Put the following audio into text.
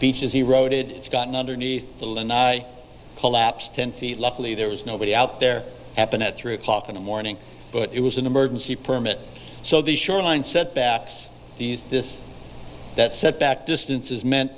beaches he wrote it it's gotten underneath and i collapsed ten feet luckily there was nobody out there happen at three o'clock in the morning but it was an emergency permit so the shoreline set backs these this that setback distances meant